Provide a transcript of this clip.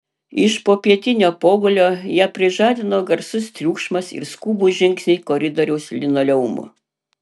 iš popietinio pogulio ją prižadino garsus triukšmas ir skubūs žingsniai koridoriaus linoleumu